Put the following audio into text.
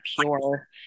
pure